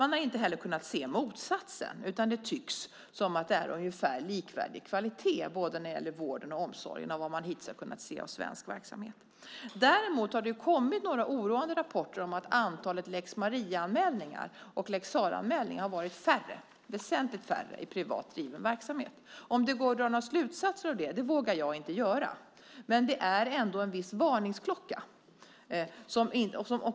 Man har inte heller kunnat se motsatsen, utan det tycks som att det är ungefär likvärdig kvalitet både när det gäller vården och omsorgen i vad man hittills har kunnat se av svensk verksamhet. Däremot har det kommit några oroande rapporter om att antalet lex Maria och lex Sarah-anmälningar har varit väsentligt färre i privat driven verksamhet. Jag vågar inte dra några slutsatser av det, men det är ändå en varningsklocka.